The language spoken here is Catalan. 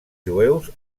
jueus